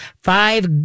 Five